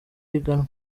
higanwa